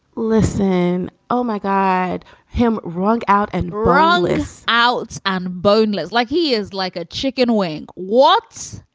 listen. oh, my god him wrong out and wrong is out and boneless like he is like a chicken wing. what?